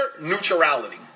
neutrality